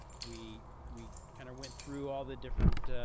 we we kind of went through all the different,